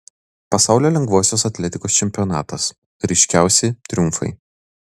pasaulio lengvosios atletikos čempionatas ryškiausi triumfai